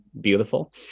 beautiful